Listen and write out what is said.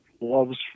loves